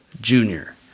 Junior